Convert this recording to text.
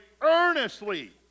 earnestly